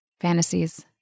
fantasies